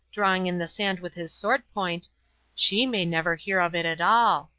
drawing in the sand with his sword-point she may never hear of it at all.